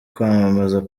kwamamaza